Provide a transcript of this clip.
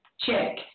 check